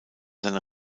seine